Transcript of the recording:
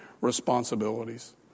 responsibilities